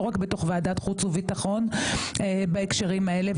ולא רק בוועדת חוץ וביטחון בהקשרים האלה,